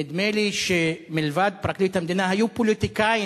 נדמה לי שמלבד פרקליט המדינה היו פוליטיקאים